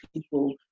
people